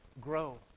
grow